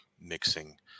mixing